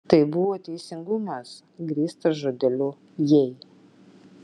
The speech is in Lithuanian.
tai buvo teisingumas grįstas žodeliu jei